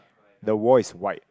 the wall is white